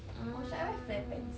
mm